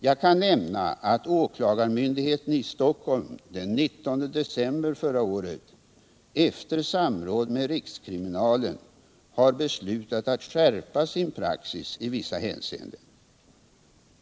Jag kan nämna att åklagarmyndigheten i Stockholm den 19 december förra året, efter samråd med rikskriminalen, har beslutat att skärpa sin praxis i vissa hänseenden.